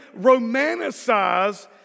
romanticize